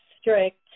strict